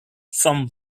form